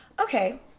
Okay